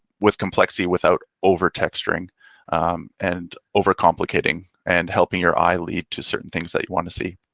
with complexity without over texturing and over complicating and helping your eye lead to certain things that you want to see.